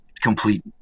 complete